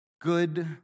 Good